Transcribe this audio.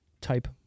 type